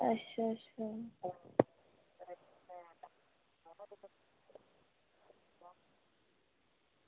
अच्छा अच्छा